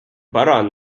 баран